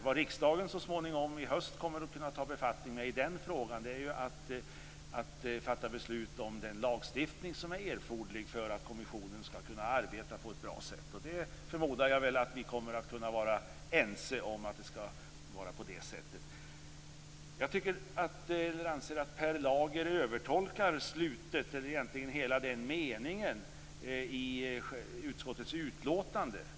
Vad riksdagen kommer att kunna befatta sig med i den frågan så småningom - i höst - är det beslut som skall fattas om den lagstiftning som är erforderlig för att kommissionen skall kunna arbeta på ett bra sätt. Jag förmodar att vi kommer att kunna vara ense om att det skall vara på det sättet. Jag anser att Per Lager övertolkar den meningen i utskottets utlåtande.